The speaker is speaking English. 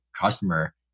customer